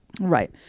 right